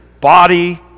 body